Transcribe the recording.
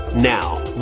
Now